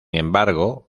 embargo